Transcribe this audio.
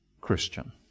Christian